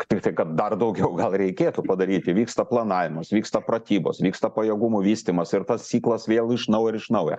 tik tai kad dar daugiau gal reikėtų padaryti vyksta planavimas vyksta pratybos vyksta pajėgumų vystymas ir tas ciklas vėl iš naujo ir iš naujo